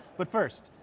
but first,